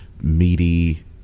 meaty